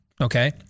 Okay